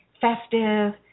festive